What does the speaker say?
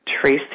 Tracy